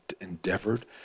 endeavored